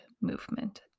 movement